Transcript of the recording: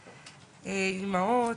אמהות,